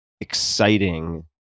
exciting